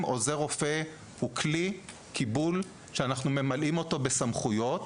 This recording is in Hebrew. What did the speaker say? עוזר רופא הוא כלי קיבול שאנחנו ממלאים בסמכויות